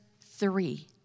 three